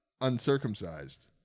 uncircumcised